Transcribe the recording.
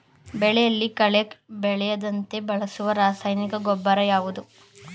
ಬೆಳೆಯಲ್ಲಿ ಕಳೆ ಬೆಳೆಯದಂತೆ ಬಳಸುವ ರಾಸಾಯನಿಕ ಗೊಬ್ಬರ ಯಾವುದು?